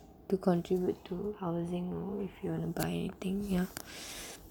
to contribute to housing you know if you want to buy anything ya